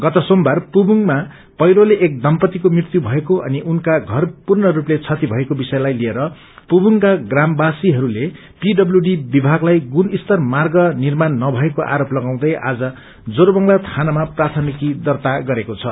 गत सोमबार पुबोंगमा पहिरोले एक दम्पतिको मृत्यु भएको अनि उनका घर पूर्णस्पले क्षति भएको विषयलाई लिएर पुर्बोगका ग्रामवासीहस्ले पीडब्स्यूडी विभागलाई गुणस्तर मार्ग निर्माण नभएको आरोप लगाउँदै आज जोरबंगला थानामा प्राथमिकी दर्ता गरेको छ